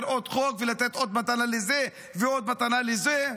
עוד חוק ולתת עוד מתנה לזה ועוד מתנה לזה,